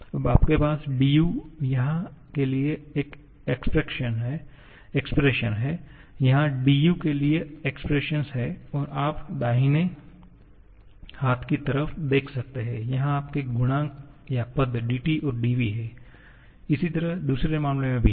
अब आपके पास du यहाँ प्रारंभिक समीकरण के लिए एक एक्सप्रेशन है यहाँ du अंतिम समीकरण के लिए एक्सप्रेशन है और आप दाहिने हाथ की तरफ देख सकते हैं यहाँ आपके गुणांक या पद dT और dV हैं इसी तरह दूसरे मामले में भी है